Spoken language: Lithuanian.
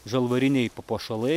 žalvariniai papuošalai